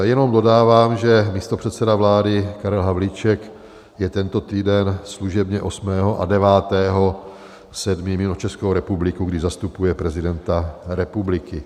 Jenom dodávám, že místopředseda vlády Karel Havlíček je tento týden služebně 8. a 9. 7. mimo Českou republiku, kdy zastupuje prezidenta republiky.